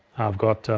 i've got